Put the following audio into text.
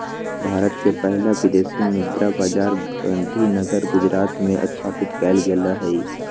भारत के पहिला विदेशी मुद्रा बाजार गांधीनगर गुजरात में स्थापित कएल गेल हइ